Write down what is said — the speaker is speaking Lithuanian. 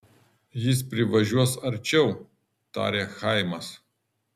jis privažiuos arčiau tarė chaimas